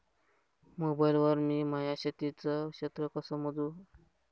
Mobile वर मी माया शेतीचं क्षेत्र कस मोजू?